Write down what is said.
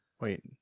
Wait